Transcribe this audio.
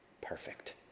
Perfect